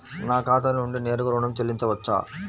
నా ఖాతా నుండి నేరుగా ఋణం చెల్లించవచ్చా?